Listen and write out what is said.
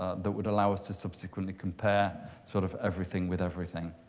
ah that would allow us to subsequently compare sort of everything with everything.